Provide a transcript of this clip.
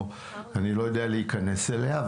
או אני לא יודע להיכנס אליה,